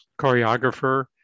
choreographer